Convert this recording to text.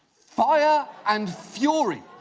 fire and fury.